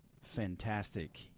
fantastic